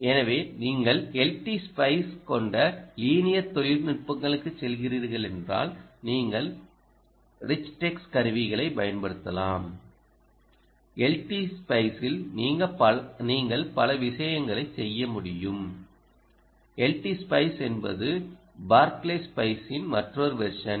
எனவே நீங்கள் LT Spice கொண்ட லீனியர் தொழில்நுட்பங்களுக்குச் செல்கிறீர்கள் என்றால் நீங்கள் Richteks கருவிகளைப் பயன்படுத்தலாம் LT Spice ல் நீங்கள் பல விஷயங்களைச் செய்ய முடியும் LT Spice என்பது Barkley Spice ன் மற்றொரு வெர்ஷன்